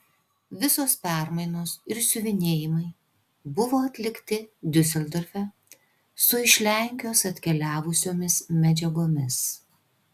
visos permainos ir siuvinėjimai buvo atlikti diuseldorfe su iš lenkijos atkeliavusiomis medžiagomis